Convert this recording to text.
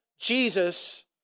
Jesus